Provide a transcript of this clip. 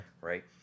Right